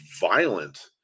violent